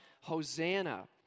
Hosanna